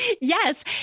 yes